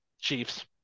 Chiefs